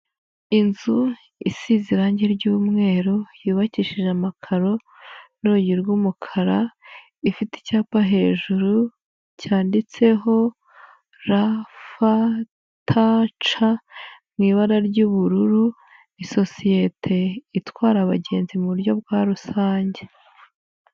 Inzu isize irangi ry'umweru, yubakishije amakaro n'urugi rw'umukara ifite icyapa hejuru cyanditseho rftc mu ibara ry'ubururu, isosiyete itwara abagenzi mu buryo bwa rusange.